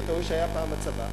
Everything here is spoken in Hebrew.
בתור מי שהיה פעם בצבא,